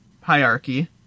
hierarchy